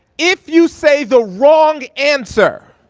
if you say the wrong answer,